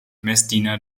messdiener